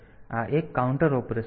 તેથી આ એક કાઉન્ટર ઓપરેશન છે